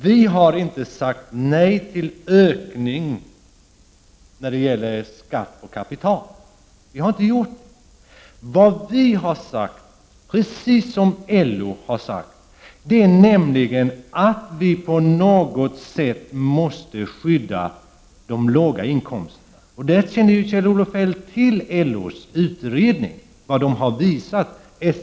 Vi har inte sagt nej till ökning när det gäller skatt på kapital. Vi har alltså inte gjort det. Vad vi, precis som LO, har sagt är att vi på något sätt måste skydda de låga inkomsterna. Kjell-Olof Feldt känner ju till LO:s utredning och vad den har visat.